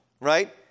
right